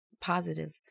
positive